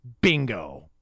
Bingo